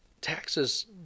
taxes